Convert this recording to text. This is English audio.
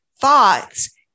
thoughts